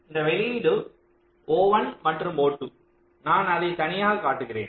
இந்த வெளியீடு O1 மற்றும் O2 நான் அதை தனியாகக் காட்டுகிறேன்